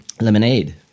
Lemonade